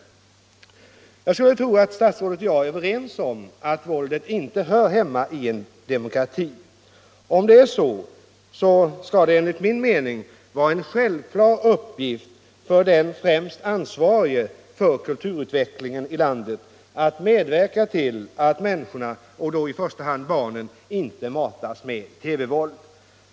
Jag skulle tro att statsrådet och jag är överens om att våldet inte hör hemma i en demokrati. Om det är så skall det enligt min mening vara en självklar uppgift för den främst ansvarige för kulturutvecklingen i landet att medverka till att människorna — då i första hand barnen — inte matas med TV-våld.